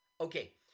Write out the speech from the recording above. Okay